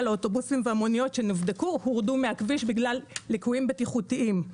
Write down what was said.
האוטובוסים והמוניות שנבדקו הורדו מהכביש בגלל ליקויים בטיחותיים.